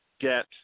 get